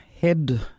head